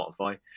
Spotify